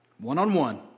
one-on-one